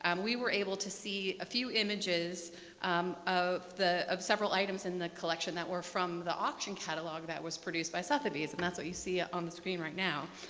um we were able to see a few images of of several items in the collection that were from the auction catalog that was produced by southaby's, and that's what you see on the screen right now,